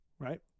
Right